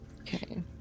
Okay